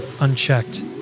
unchecked